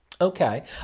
Okay